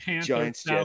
giants